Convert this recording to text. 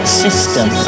system